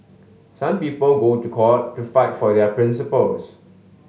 some people go to court to fight for their principles